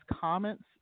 comments